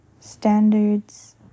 standards